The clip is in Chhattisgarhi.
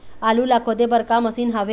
आलू ला खोदे बर का मशीन हावे?